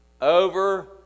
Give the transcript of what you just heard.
over